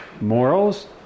morals